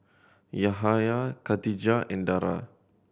Yahaya Katijah and Dara